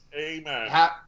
Amen